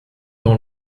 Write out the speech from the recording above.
dans